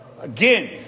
Again